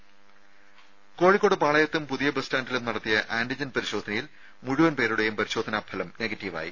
രുമ കോഴിക്കോട് പാളയത്തും പുതിയ ബസ് സ്റ്റാന്റിലും നടത്തിയ ആന്റിജൻ പരിശോധനയിൽ മുഴുവൻ പേരുടെയും പരിശോധനാ ഫലം നെഗറ്റീവായി